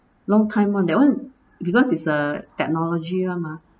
long time [one] that one because it's a technology [one] mah